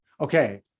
Okay